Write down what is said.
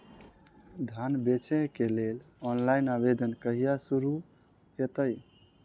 धान बेचै केँ लेल ऑनलाइन आवेदन कहिया शुरू हेतइ?